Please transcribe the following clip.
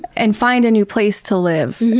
and find a new place to live,